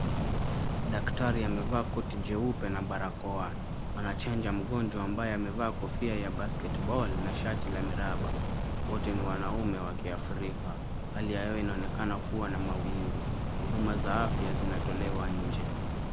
Daktari amevaa koti jeupe na barakoa. Anachanja mgonjwa ambaye amevaa kofia ya basketball na shati la miraba. Wote ni wanaume wa kiafrika. Hali ya hewa inaonekana kuwa na mawingu. Huduma za afya zinatolewa nje.